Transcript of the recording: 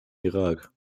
irak